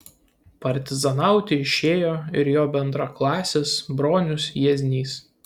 partizanauti išėjo ir jo bendraklasis bronius jieznys